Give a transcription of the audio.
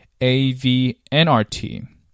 AVNRT